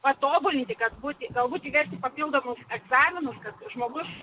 patobulinti kad būti galbūt įvesti papildomus egzaminus kad žmogus